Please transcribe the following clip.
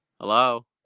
Hello